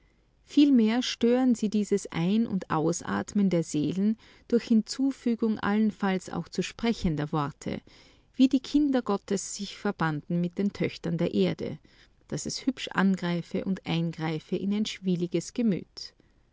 vielmehr stören sie dieses ein und ausatmen der seelen durch hinzufügung allenfalls auch zu sprechender worte wie die kinder gottes sich verbanden mit den töchtern der erde daß es hübsch angreife und eingreife in ein schwieliges gemüt